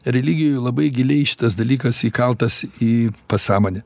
religijoj labai giliai šitas dalykas įkaltas į pasąmonę